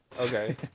Okay